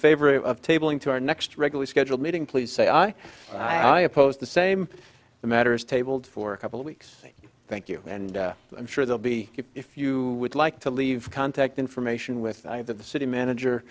favor of tabling to our next regular scheduled meeting please say i i oppose the same the matter is tabled for a couple of weeks thank you and i'm sure they'll be if you would like to leave contact information with the city manager